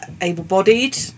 able-bodied